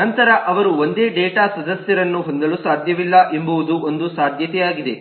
ನಂತರ ಅವರು ಒಂದೇ ಡೇಟಾ ಸದಸ್ಯರನ್ನು ಹೊಂದಲು ಸಾಧ್ಯವಿಲ್ಲ ಎಂಬುದು ಒಂದು ಸಾಧ್ಯತೆಯಾಗಿದೆ